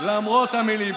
למרות המילים.